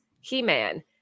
He-Man